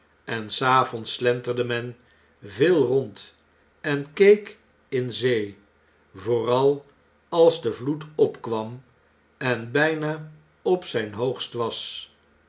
en s avonds slenterde men veel rond en keek in zee vooral als de vloed opkwam en buna op zijn hoogst was